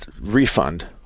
refund